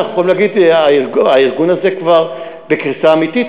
אנחנו יכולים להגיד: הארגון הזה כבר בקריסה אמיתית.